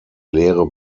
lehre